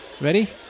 ready